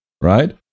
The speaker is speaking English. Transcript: Right